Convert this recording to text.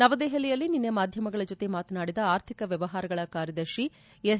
ನವದೆಹಲಿಯಲ್ಲಿ ನಿನ್ನೆ ಮಾಧ್ಯಮಗಳ ಜೊತೆ ಮಾತನಾಡಿದ ಆರ್ಥಿಕ ವ್ಯವಹಾರಗಳ ಕಾರ್ಲದರ್ಶಿ ಎಸ್